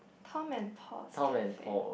Tom and Paul's Cafe